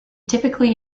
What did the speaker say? typically